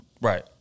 Right